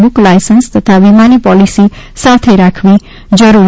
book licence તથા વીમાની policy સાથે રાખવી જરૂરી છે